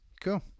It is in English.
Cool